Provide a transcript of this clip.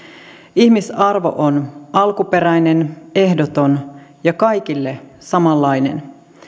ihmisarvo on alkuperäinen ehdoton ja kaikille samanlainen